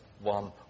one